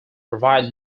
provide